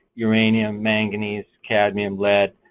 uranium, manganese, cadmium, lead,